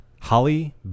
Holly